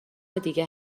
دیگه